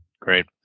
Great